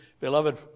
Beloved